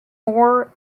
more